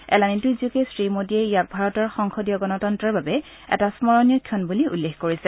এলানি টুইটযোগে শ্ৰী মোদীয়ে ইয়াক ভাৰতৰ সংসদীয় গণতন্তৰৰ বাবে এটা স্মৰণীয় ক্ষণ বুলি উল্লেখ কৰিছে